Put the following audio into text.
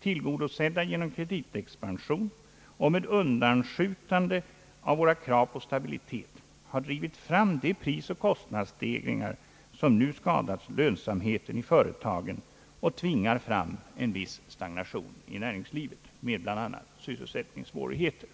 tillgodosedda genom kreditexpansion och med undanskjutande av våra krav på stabilitet, har drivit fram den prisoch kostnadsstegring som nu skadat lönsamheten i företagen och tvingar fram en viss stagnation i näringslivet med bl.a. sysselsättningssvårigheter.